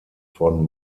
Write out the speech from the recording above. von